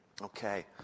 Okay